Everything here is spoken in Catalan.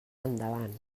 endavant